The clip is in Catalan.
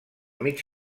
mig